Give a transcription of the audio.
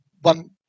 one